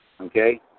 Okay